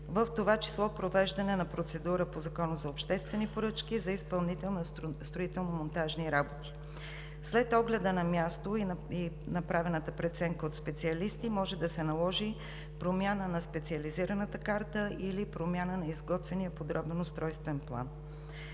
в това число провеждане на процедура по Закона за обществени поръчки за изпълнителна строително-монтажни работи. След огледа на място и направената преценка от специалисти може да се наложи промяна на специализираната карта или промяна на изготвения подробен устройствен план.